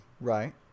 right